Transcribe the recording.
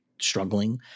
Struggling